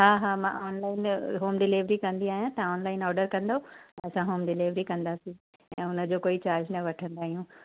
हा हा मां ऑनलाइन में होम डिलीवरी कंदी आहियां तव्हां ऑनलाइन ऑर्डर कंदव त असां होम डिलीवरी कंदासीं ऐं हुन जो कोई चार्ज न वठंदा आहियूं